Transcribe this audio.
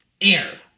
air